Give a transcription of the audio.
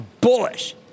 bullish